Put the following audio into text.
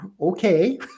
Okay